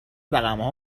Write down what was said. رقمها